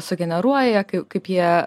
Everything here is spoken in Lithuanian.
sugeneruoja kaip jie